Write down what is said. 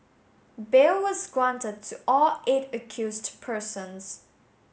bail was granted to all eight accused persons